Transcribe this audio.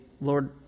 Lord